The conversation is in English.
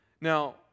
Now